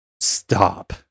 Stop